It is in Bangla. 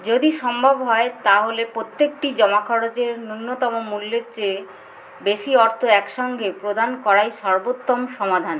যদি সম্ভব হয় তাহলে প্রত্যেকটি জমা খরচের ন্যূনতম মূল্যের যেয়ে বেশি অর্থ একসঙ্গে প্রদান করায় সর্বোত্তম সমাধান